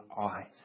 eyes